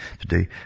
today